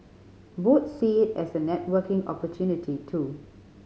both see it as a networking opportunity too